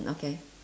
okay